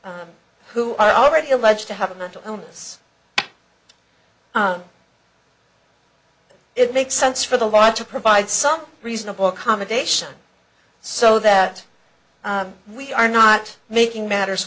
who are already alleged to have a mental illness it makes sense for the right to provide some reasonable accommodation so that we are not making matters